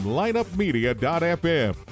lineupmedia.fm